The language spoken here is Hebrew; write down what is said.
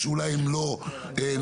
שאולי הם לא נכונים,